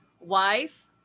wife